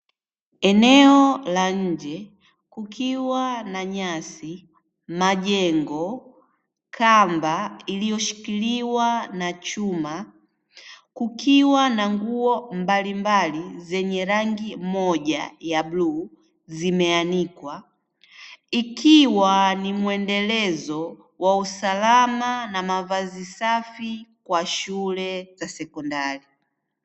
Eneo la nje kukiwa na nyasi, majengo, kamba iliyoshikiliwa na chuma; kukiwa na nguo mbalimbali zenye rangi moja ya bluu zimeanikwa, ikiwa ni muendelezo wa usalama na mavazi safi kwa shule za sekondari.